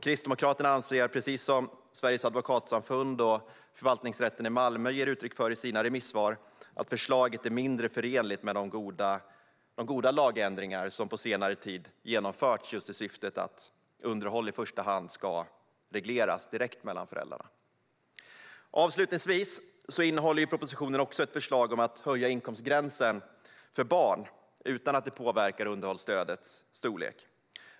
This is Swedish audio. Kristdemokraterna anser - precis som Sveriges advokatsamfund och Förvaltningsrätten i Malmö ger uttryck för i sina remissvar - att förslaget är mindre förenligt med de goda lagändringar som på senare tid har genomförts med syftet att underhåll i första hand ska regleras direkt mellan föräldrarna. Avslutningsvis innehåller ju propositionen också ett förslag om att höja inkomstgränsen för barn utan att det påverkar underhållsstödets storlek.